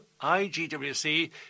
IGWC